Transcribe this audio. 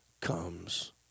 comes